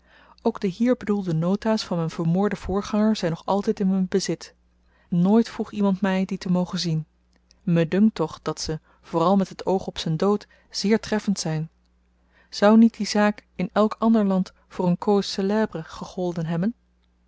ook de hier bedoelde nota's van m'n vermoorden voorganger zyn nog altyd in m'n bezit nooit vroeg iemand my die te mogen zien me dunkt toch dat ze vooral met het oog op z'n dood zeer treffend zyn zou niet die zaak in elk ander land voor n cause célèbre gegolden hebben